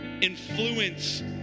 influence